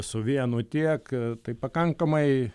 su vienu tiek tai pakankamai